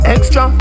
Extra